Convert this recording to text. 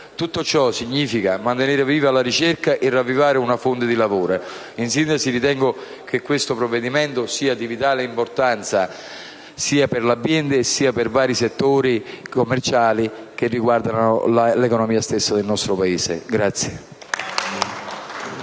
Tutto ciò significa mantenere viva la ricerca e ravvivare una fonte di lavoro. In sintesi, ritengo che questo provvedimento sia di vitale importanza, sia per l'ambiente, sia per vari settori commerciali che caratterizzano l'economia del nostro Paese.